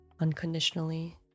unconditionally